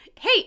Hey